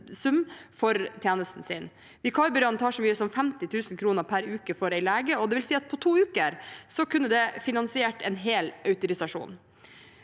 for tjenestene sine. Vikarbyråene tar så mye som 50 000 kr per uke for en lege, og det vil si at på to uker kunne det finansiert en hel autorisasjon.